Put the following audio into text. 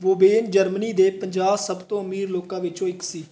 ਵੋਬੇਨ Germany ਦੇ ਪੰਜਾਹ ਸਭ ਤੋਂ ਅਮੀਰ ਲੋਕਾਂ ਵਿੱਚੋਂ ਇੱਕ ਸੀ